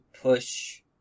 push